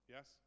Yes